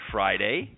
Friday